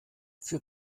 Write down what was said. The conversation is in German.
für